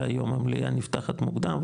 והיום המליאה נפתחת מוקדם,